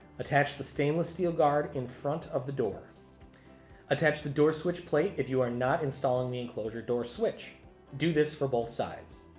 attach the stainless steel guard in front of the door attach the door switch plate if you are not installing the enclosure door switch do this for both sides